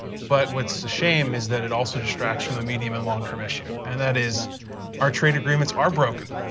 but what is so a shame is that it also distracts from the medium and long-term issue, and that is our trade agreements are broken.